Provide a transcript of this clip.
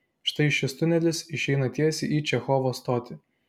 štai šis tunelis išeina tiesiai į čechovo stotį